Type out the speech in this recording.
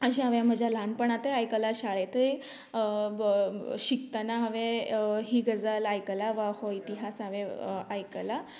अशें हांवेन म्हज्या ल्हानपणांतय आयकलां शाळेंतय शिकतना हांवे ही गजाल आयकलां वा हो इतिहास हांवेन आयकलां